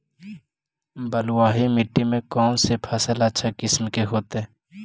बलुआही मिट्टी में कौन से फसल अच्छा किस्म के होतै?